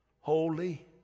holy